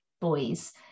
boys